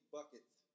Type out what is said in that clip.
Buckets